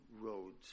roads